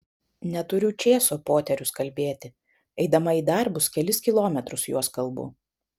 neturiu čėso poterius kalbėti eidama į darbus kelis kilometrus juos kalbu